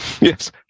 Yes